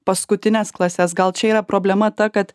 paskutines klases gal čia yra problema ta kad